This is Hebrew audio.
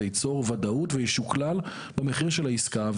זה ייצור וודאות וישוכלל במחיר של העסקה.